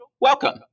welcome